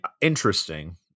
Interesting